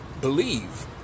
believe